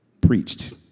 preached